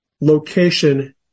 location